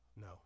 No